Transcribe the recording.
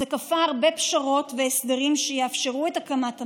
זה כפה הרבה פשרות והסדרים שיאפשרו את הקמת הממשלה,